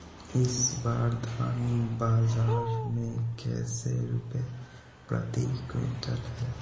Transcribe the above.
इस बार धान बाजार मे कैसे रुपए प्रति क्विंटल है?